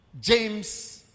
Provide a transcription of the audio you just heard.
James